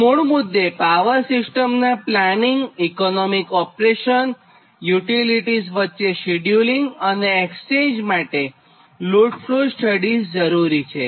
તો મુળ મુદ્દે પાવર સિસ્ટમનાં પ્લાનિંગ ઇકોનોમિક ઓપરેશન યુટિલીટીસ વચ્ચે શિડ્યુલિંગ અને એક્સચેન્જ માટે લોડ ફ્લો સ્ટડીઝ જરૂરી છે